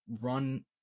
run